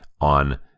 on